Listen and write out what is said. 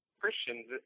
Christians